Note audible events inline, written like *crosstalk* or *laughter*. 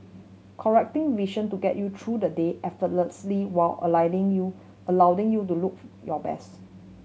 correcting vision to get you through the day effortlessly while *unintelligible* you allowing you to look your best